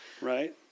Right